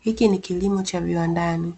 Hiki ni kilimo cha kiwandani.